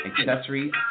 accessories